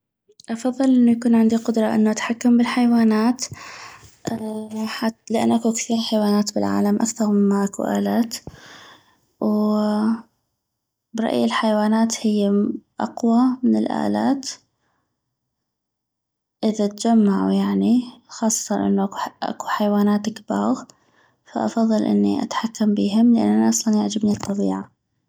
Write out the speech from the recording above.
افضل انو يكون عندي قدرة انو اتحكم بالحيوانات لان اكو كثيغ حيوانات بالعالم اكثغ ما اكو الالات وبرايي الحيوانات هيم اقوى من الالات اذا تجمعو يعني خاصتا اكو حيوانات كباغ فافضل اني اتحكم بيهم لان انا اصلا يعجبني الطبيعة